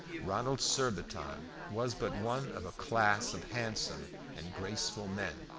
ronald surbiton was but one of a class of handsome and graceful men.